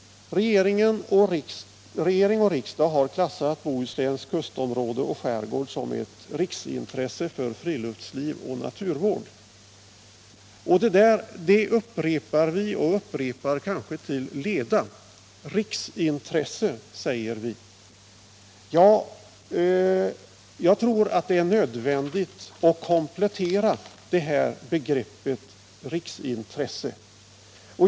Regeringen och riksdagen har klassificerat Bohusläns kustområde och skärgård som ett riksintresse för friluftsliv och naturvård. Det där upprepar vi kanske till leda. Vi säger riksintresse, men jag tror att det är nödvändigt att komplettera det här begreppet.